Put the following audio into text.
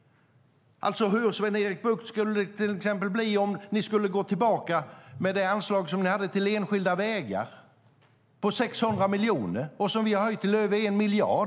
Sven-Erik Bucht! Hur skulle det till exempel bli om ni skulle gå tillbaka till det anslag som ni hade till enskilda vägar, 600 miljoner, som vi har höjt till över 1 miljard?